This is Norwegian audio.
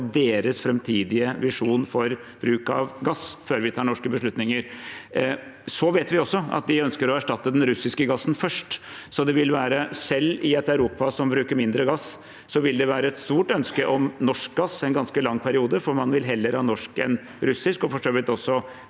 på deres framtidige visjon for bruk av gass før vi tar norske beslutninger. Vi vet også at de ønsker å erstatte den russiske gassen først, så selv i et Europa som bruker mindre gass, vil det være et stort ønske om norsk gass i en ganske lang periode, for man vil heller ha norsk enn russisk, og for så vidt også